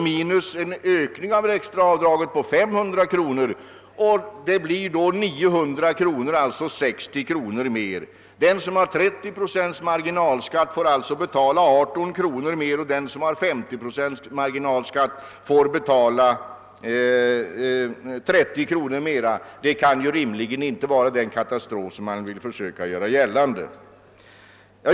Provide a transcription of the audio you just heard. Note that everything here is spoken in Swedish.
minus det till 500 kr. höjda extra avdraget. Det blir då 900 kr., alltså 60 kr. mer. Den som har 30 procents marginalskatt får betala 18 kr. mer, och den som har 50 procents marginalskatt får betala 30 kr. mer. Det kan då rimligen inte vara den katastrof som man vill försöka göra gällande.